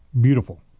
beautiful